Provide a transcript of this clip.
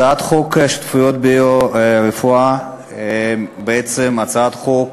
הצעת חוק שותפות במיזמי ביו-רפואה היא בעצם הצעת חוק